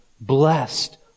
blessed